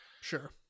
Sure